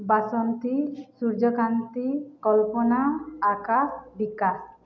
Basanti Suryakanti Kalpana Akash Bikash